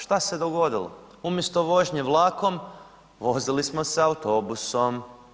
Što se dogodilo, umjesto vožnje vlakom, vozili smo se autobusom.